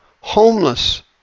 homeless